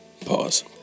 Pause